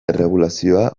erregulazioa